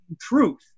truth